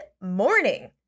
morning